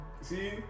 See